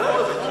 של אורך רוח.